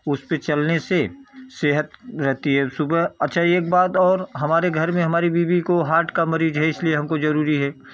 उस पर चलने से सेहत रहती है सुबह अच्छी एक बात और हमारे घर में हमारी बीवी को हार्ट की मरीज़ है इस लिए हमको ज़रुरी है